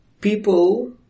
people